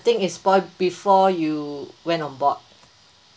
think is spoiled before you went on board